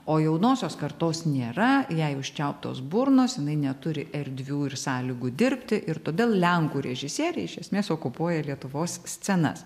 o jaunosios kartos nėra jei užčiauptos burnos jinai neturi erdvių ir sąlygų dirbti ir todėl lenkų režisieriai iš esmės okupuoja lietuvos scenas